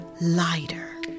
lighter